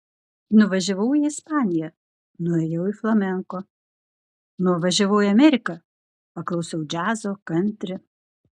nuvažiavau į ispaniją nuėjau į flamenko nuvažiavau į ameriką paklausiau džiazo kantri